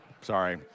Sorry